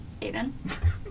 Aiden